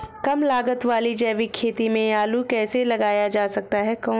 कम लागत वाली जैविक खेती में आलू कैसे लगाया जा सकता है?